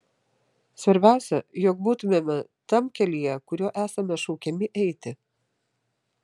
svarbiausia jog būtumėme tam kelyje kuriuo esame šaukiami eiti